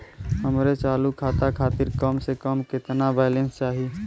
हमरे चालू खाता खातिर कम से कम केतना बैलैंस चाही?